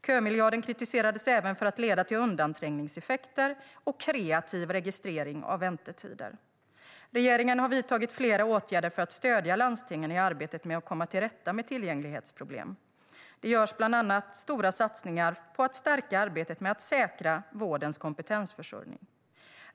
Kömiljarden kritiserades även för att leda till undanträngningseffekter och kreativ registrering av väntetider. Regeringen har vidtagit flera åtgärder för att stödja landstingen i arbetet med att komma till rätta med tillgänglighetsproblemen. Det görs bland annat stora satsningar på att stärka arbetet med att säkra vårdens kompetensförsörjning.